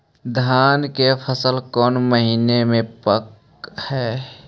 धान के फसल कौन महिना मे पक हैं?